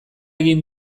egin